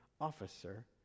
officer